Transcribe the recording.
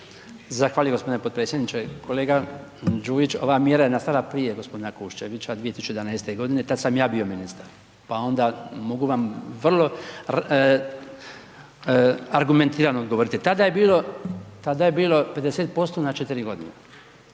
Zahvaljujem gospodine potpredsjedniče, ova mjera je nastala prije gospodina Kuščevića, 2011. godine tad sam ja bio ministar, pa onda mogu vam vrlo argumentirano odgovoriti. Tada je bilo, tada je bilo